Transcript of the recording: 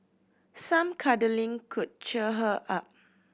some cuddling could cheer her up